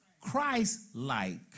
Christ-like